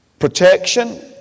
Protection